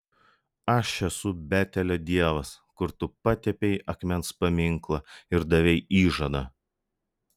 aš esu betelio dievas kur tu patepei akmens paminklą ir davei įžadą